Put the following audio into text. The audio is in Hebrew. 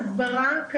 ההסברה?